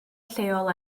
lleol